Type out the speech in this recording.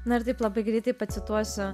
na ir taip labai greitai pacituosiu